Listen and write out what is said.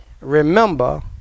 Remember